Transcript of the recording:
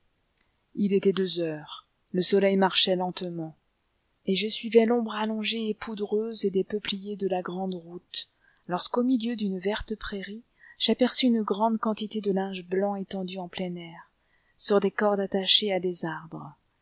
il était deux heures le soleil marchait lentement et je suivais l'ombre allongée et poudreuse des peupliers de la grande route lorsqu'au milieu d'une verte prairie j'aperçus une grande quantité de linge blanc étendu en plein air sur des cordes attachées à des arbres